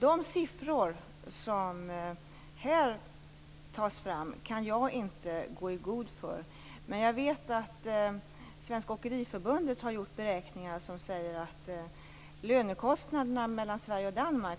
Jag kan inte gå i god för de siffror som här tas fram, men jag vet att Svenska Åkeriförbundet har gjort beräkningar som visar att det